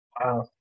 Wow